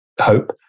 Hope